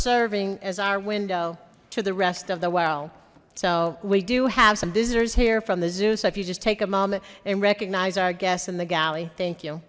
serving as our window to the rest of the world so we do have some visitors here from the zoo so if you just take a moment and recognize our guests in the galley thank you